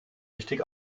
richtig